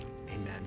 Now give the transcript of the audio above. amen